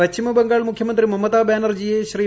പശ്ചിമബംഗാൾ മുഖ്യമന്ത്രി മമതാ ബാനർജിയെ ശ്രീ